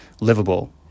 livable